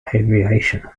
aviation